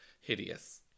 Hideous